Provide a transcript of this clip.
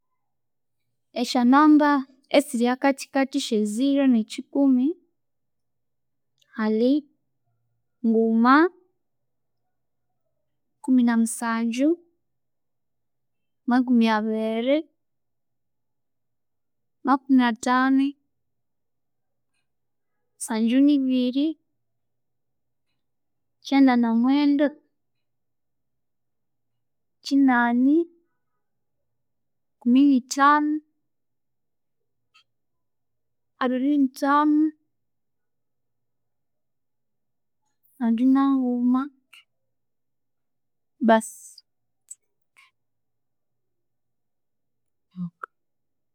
Esyanamba esiri ahakathi kathi syezero nekyikumi hali nguma, kumi na musangyu, makumi abiri, makumi athani, sangyu nibiri, kyenda na mwenda, kyinani, kumi ni thanu, abiri nithanu, sangyu nanguma, basi